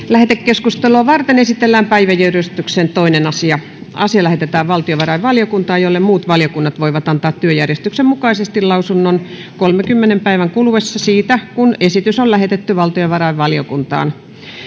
lähetekeskustelua varten esitellään päiväjärjestyksen toinen asia asia lähetetään valtiovarainvaliokuntaan jolle muut valiokunnat voivat antaa työjärjestyksen mukaisesti lausunnon kolmenkymmenen päivän kuluessa siitä kun esitys on lähetetty valtiovarainvaliokuntaan